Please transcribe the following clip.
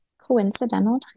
coincidental